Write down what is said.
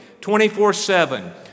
24-7